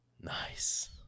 Nice